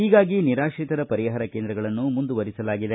ಹೀಗಾಗಿ ನಿರಾತ್ರಿತರ ಪರಿಹಾರ ಕೇಂದ್ರಗಳನ್ನು ಮುಂದುವರೆಸಲಾಗಿದೆ